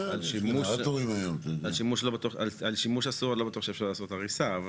על שימוש אסור, לא בטוח שאפשר לעשות הריסה.